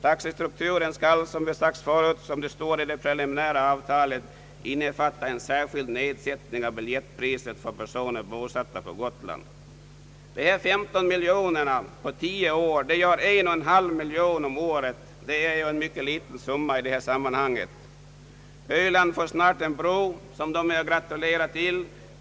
Taxestrukturen skall, som det har sagts förut och som det står i det preliminära avtalet, innefatta en särskild nedsättning av biljettpriset för personer bosatta på Gotland. De 15 miljoner kronorna på 10 år gör 1,5 miljoner per år, en mycket liten summa i detta sammanhang. öland får snart en bro, som ölänningarna är att gratulera till.